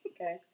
Okay